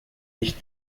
nicht